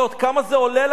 כמה זה עולה לנו?